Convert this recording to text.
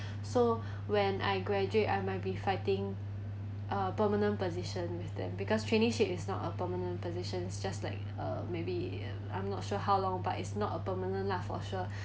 so when I graduate I might be fighting a permanent position with them because traineeship is not a permanent position it's just like uh maybe I'm not sure how long but it's not a permanent lah for sure